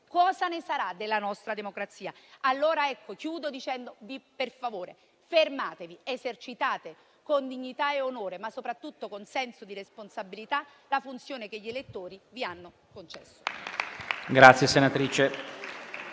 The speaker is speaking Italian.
cosa ne sarà della nostra democrazia? Allora, chiudo chiedendovi: per favore, fermatevi ed esercitate con dignità e onore, ma soprattutto con senso di responsabilità, la funzione che gli elettori vi hanno concesso.